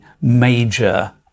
major